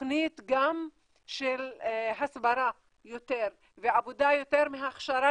תוכנית גם של הסברה יותר ועבודה יותר מהכשרה